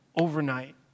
overnight